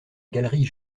galerie